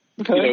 Okay